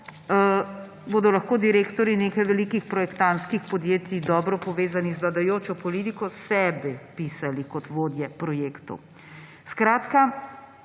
bodo lahko direktorji nekih velikih projektantskih podjetij, dobro povezani z vladajočo politiko, sebe pisali kot vodje projektov. Problem